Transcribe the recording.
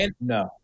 no